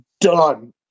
done